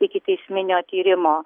ikiteisminio tyrimo